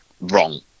wrong